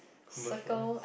commercialized